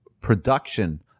production